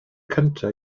cyntaf